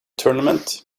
tournament